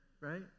right